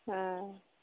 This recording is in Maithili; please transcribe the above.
हँ